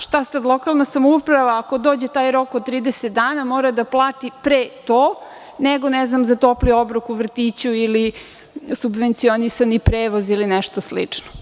Šta sada, lokalna samouprava ako dođe taj rok od 30 dana mora da plati pre to nego za topli obrok u vrtiću ili subvencionisani prevoz ili nešto slično.